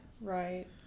Right